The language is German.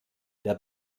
der